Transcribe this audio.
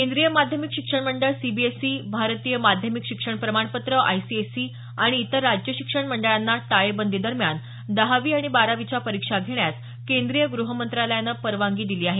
केंद्रीय माध्यमिक शिक्षण मंडळ सीबीएसई भारतीय माध्यमिक शिक्षण प्रमाणपत्र आयसीएसई आणि इतर राज्य शिक्षण मंडळाना टाळेबंदीदरम्यान दहावी आणि बारावीच्या परीक्षा घेण्यास केंद्रीय गृह मंत्रालयानं परवानगी दिली आहे